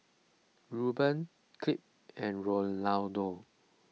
Rueben Kip and Rolando